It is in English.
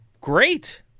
Great